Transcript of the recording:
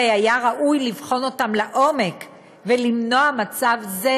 הרי היה ראוי לבחון אותן לעומק ולמנוע מצב זה,